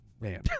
man